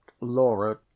laura